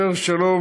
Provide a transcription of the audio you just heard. יותר שלום,